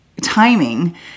timing